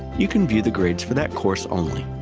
you can view the grades for that course only.